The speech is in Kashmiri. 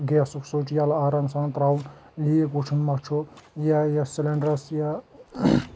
گیسُک سُچ یَلہٕ آرام سان ترٛاوُن لیٖک وٕچھُن مَہ چھُ یا یَتھ سٕلٮ۪نٛڈَرَس یا